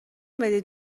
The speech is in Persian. بدید